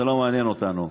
זה לא מעניין אותנו.